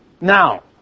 Now